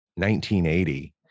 1980